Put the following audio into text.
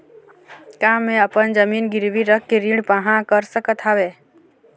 का मैं अपन जमीन गिरवी रख के ऋण पाहां कर सकत हावे?